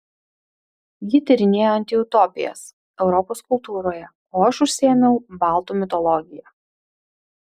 ji tyrinėjo antiutopijas europos kultūroje o aš užsiėmiau baltų mitologija